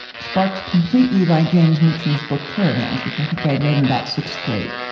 sparked completely by james mitchell's book caravans, which i think i'd read in about sixth grade.